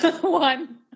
one